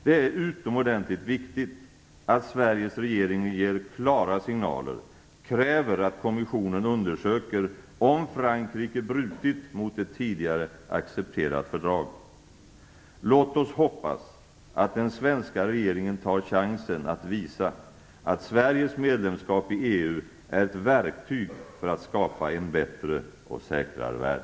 Det är utomordentligt viktigt att Sveriges regering ger klara signaler och kräver att kommissionen undersöker om Frankrike brutit mot ett tidigare accepterat fördrag. Låt oss hoppas att den svenska regeringen tar chansen att visa att Sveriges medlemskap i EU är ett verktyg för att skapa en bättre och säkrare värld.